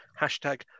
hashtag